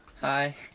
Hi